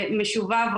משובב,